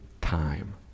time